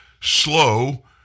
slow